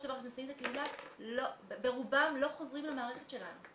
דבר מסיימים את הקהילה ברובם לא חוזרים למערכת שלנו.